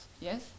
yes